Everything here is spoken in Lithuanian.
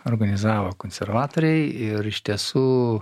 organizavo konservatoriai ir iš tiesų